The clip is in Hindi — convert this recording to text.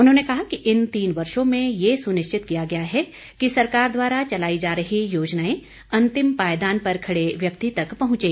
उन्होंने कहा कि इन तीन वर्षो में ये सुनिश्चित किया गया है कि सरकार द्वारा चलाई जा रही योजनाएं अंतिम पायदान पर खड़े व्यक्ति तक पहुंचे